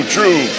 True